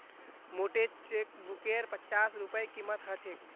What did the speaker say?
मोटे चेकबुकेर पच्चास रूपए कीमत ह छेक